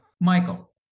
Michael